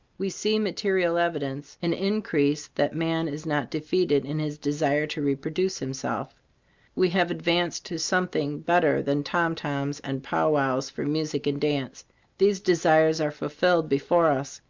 we see material evidence in increase that man is not defeated in his desire to reproduce himself we have advanced to something better than tom-toms and pow-wows for music and dance these desires are fulfilled before us,